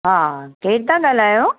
हा केरु था ॻाल्हायो